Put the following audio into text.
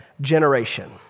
generation